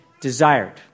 desired